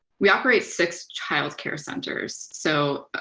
we operate six child care centers, so